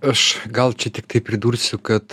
aš gal čia tiktai pridursiu kad